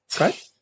okay